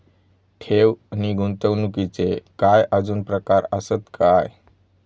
ठेव नी गुंतवणूकचे काय आजुन प्रकार आसत काय?